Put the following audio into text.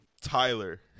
Tyler